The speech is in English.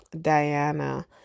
Diana